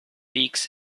peaks